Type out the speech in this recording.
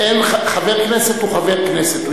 חבר כנסת הוא חבר כנסת.